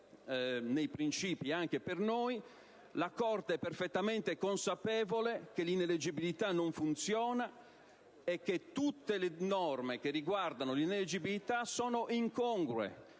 di principio vale anche per noi, la Corte si è dichiarata perfettamente consapevole che l'ineleggibilità non funziona e che tutte le norme che riguardano l'ineleggibilità sono incongrue,